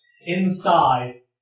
inside